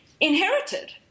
Inherited